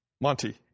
Monty